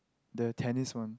the tennis one